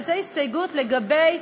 וזו הסתייגות לגבי,